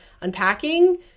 unpacking